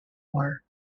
war